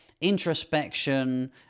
introspection